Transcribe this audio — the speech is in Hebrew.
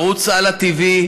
ערוץ הלא TV,